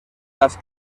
las